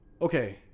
okay